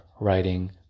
writing